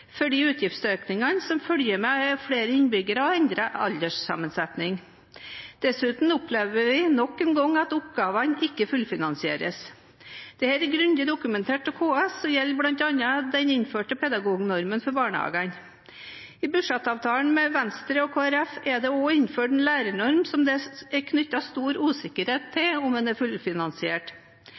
for de utgiftsøkningene som følger av flere innbyggere og endret alderssammensetning. Dessuten opplever vi nok en gang at oppgavene ikke fullfinansieres. Dette er grundig dokumentert av KS og gjelder bl.a. den innførte pedagognormen for barnehagene. I budsjettavtalen med Venstre og Kristelig Folkeparti er det også innført en lærernorm som det er knyttet stor usikkerhet til fullfinansieringen av. Når kommunene utover dette får en